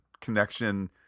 connection